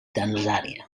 tanzània